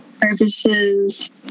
purposes